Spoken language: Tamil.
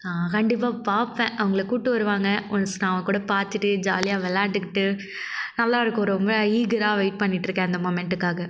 கண்டிப்பாக பார்ப்பேன் அவங்கள கூட்டி வருவாங்க ஒன்ஸ் நான் அவன் கூட பார்த்துட்டு ஜாலியா வெளையாண்டுகிட்டு நல்லா இருக்கும் ரொம்ப ஈகராக வெயிட் பண்ணிகிட்டு இருக்கேன் அந்த முமெண்ட்டுக்காக